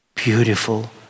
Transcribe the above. beautiful